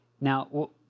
Now